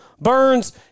Burns